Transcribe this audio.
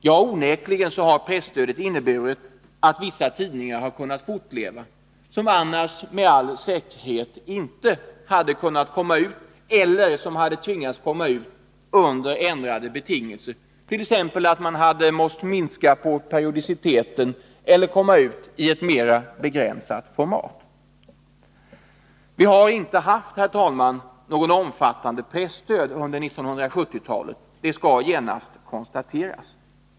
Jo, presstödet har onekligen inneburit att vissa tidningar har kunnat fortleva som annars med all säkerhet inte hade kunnat komma ut eller som hade tvingats komma ut under ändrade betingelser, t.ex. att man hade måst minska på periodiciteten eller komma ut i ett mer begränsat format. Vi har inte haft någon omfattande pressdöd under 1970-talet, det skall konstateras.